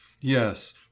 Yes